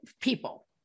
people